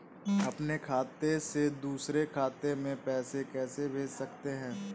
अपने खाते से दूसरे खाते में पैसे कैसे भेज सकते हैं?